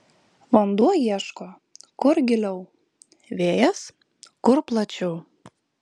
vanduo ieško kur giliau vėjas kur plačiau